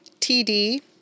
TD